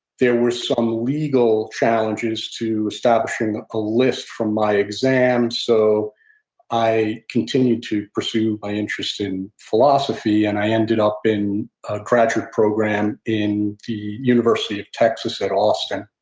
there were some legal challenges to establishing a list from my exams, so i continued to pursue my interest in philosophy, and i ended up in a graduate program in the university of texas at austin.